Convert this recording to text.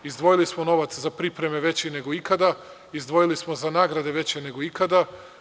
Izdvojili smo novac za pripreme veći nego ikada, izdvojili smo za nagrade veće nego ikada.